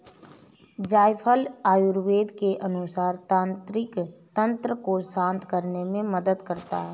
जायफल आयुर्वेद के अनुसार तंत्रिका तंत्र को शांत करने में मदद करता है